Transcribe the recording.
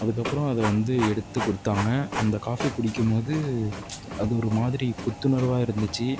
அதுக்கப்புறம் அதை வந்து எடுத்து கொடுத்தாங்க அந்த காஃபி குடிக்கும்போது அது ஒரு மாதிரி புத்துணர்வாக இருந்துச்சு